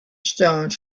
stones